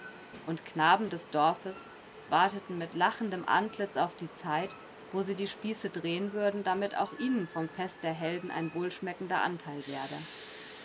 und knaben des dorfes warteten mit lachendem antlitz auf die zeit wo sie die spieße drehen würden damit auch ihnen vom fest der helden ein wohlschmeckender anteil werde